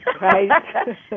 right